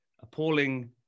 appalling